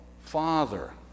father